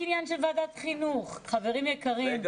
בוועדת החינוך אנחנו נוטים לחשוב שהכי חשוב ללמוד.